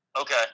Okay